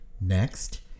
Next